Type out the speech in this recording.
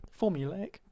Formulaic